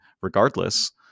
regardless